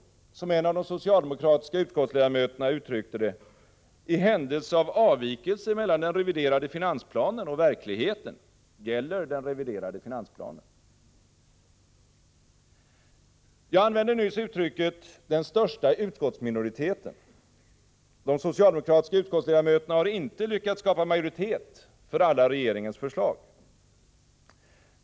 Det är kanske som en av de socialdemokratiska utskottsledamöterna uttryckte det: ”I händelse av avvikelse mellan den reviderade finansplanen och verkligheten gäller den reviderade finansplanen.” Jag använde nyss uttrycket ”den största utskottsminoriteten”. De socialdemokratiska utskottsledamöterna har nämligen inte lyckats skapa majoritet för alla regeringens förslag.